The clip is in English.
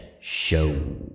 show